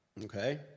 Okay